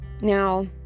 Now